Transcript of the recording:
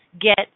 get